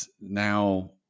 now